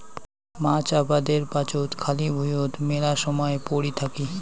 মাছ আবাদের পাচত খালি ভুঁইয়ত মেলা সমায় পরি থাকি